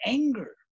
anger